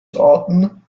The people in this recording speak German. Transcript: arten